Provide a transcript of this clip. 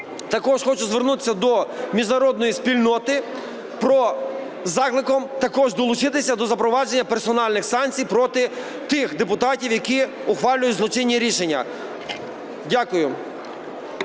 також хочу звернутися до міжнародної спільноти з закликом також долучитися до запровадження персональних санкцій проти тих депутатів, які ухвалюють злочинні рішення. Дякую.